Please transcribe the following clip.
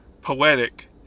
Poetic